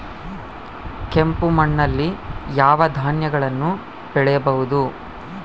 ಕೆಂಪು ಮಣ್ಣಲ್ಲಿ ಯಾವ ಧಾನ್ಯಗಳನ್ನು ಬೆಳೆಯಬಹುದು?